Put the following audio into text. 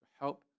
help